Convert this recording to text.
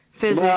physics